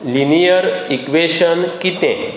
linear equation कितें